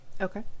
Okay